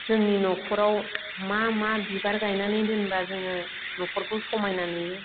जोंनि न'खराव मा मा बिबार गायनानै दोनब्ला जोङो न'खरखौ समायना नुयो